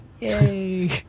yay